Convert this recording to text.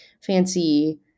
fancy